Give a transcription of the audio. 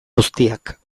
guztiak